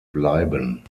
bleiben